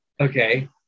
Okay